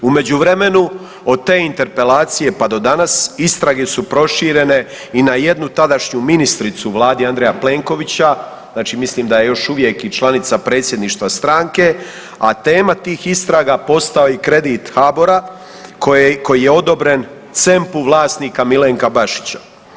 U međuvremenu od te interpelacije pa do danas, istrage su proširene i na jednu tadašnju ministricu u vladi Andreja Plenkovića, znači mislim da je još uvijek i članica predsjedništva stranke, a tema tih istraga postao je i kredit HABOR-a koje, koji je odobren C.E.M.P.-u vlasnika Milenka Bašića.